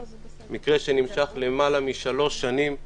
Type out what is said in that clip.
מקרה שנמשך למעלה משלוש שנים.